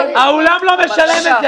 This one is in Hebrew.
האולם לא משלם עבור זה.